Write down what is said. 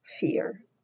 fear